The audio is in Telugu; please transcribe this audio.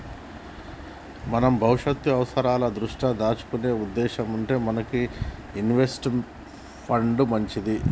మనం భవిష్యత్తు అవసరాల దృష్ట్యా దాచుకునే ఉద్దేశం ఉంటే మనకి ఇన్వెస్ట్ పండ్లు మంచిది